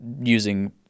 using